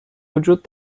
وجود